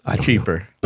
Cheaper